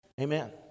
Amen